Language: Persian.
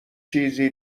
چیزی